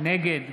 נגד